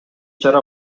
чара